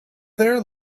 there